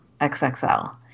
XXL